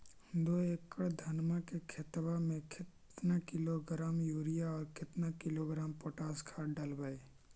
दो एकड़ धनमा के खेतबा में केतना किलोग्राम युरिया और केतना किलोग्राम पोटास खाद डलबई?